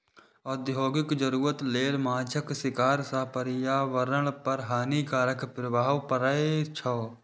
औद्योगिक जरूरत लेल माछक शिकार सं पर्यावरण पर हानिकारक प्रभाव पड़ै छै